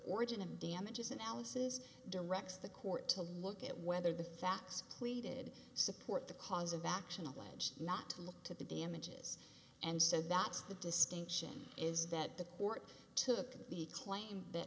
origin of damages analysis directs the court to look at whether the facts pleaded support the cause of action alleged not to look to the damages and so that's the distinction is that the court took the claim the